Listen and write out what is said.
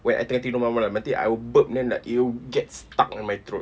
when I tengah tidur malam-malam nanti I will burp then like it will get stuck in my throat